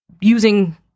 using